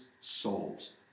souls